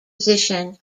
position